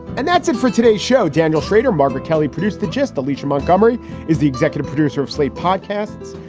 and that's it for today's show. daniel shrader, margaret kelly produced the just the lisa montgomery is the executive producer of slate podcasts.